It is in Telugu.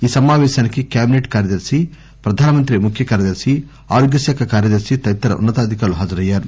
ఈ సమాపేశానికి కేబినెట్ కార్యదర్శి ప్రధానమంత్రి ముఖ్య కార్యదర్శి ఆరోగ్య శాఖ కార్యదర్శి తదితర ఉన్నతాధికారులు హాజరయ్యారు